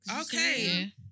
Okay